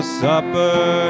supper